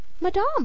Madame—